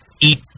eat